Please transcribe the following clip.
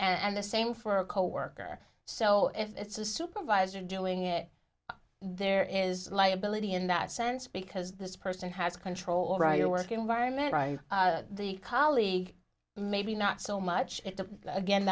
and the same for a coworker so if it's a supervisor doing it there is liability in that sense because this person has control right or work environment the colleague maybe not so much again